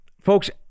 Folks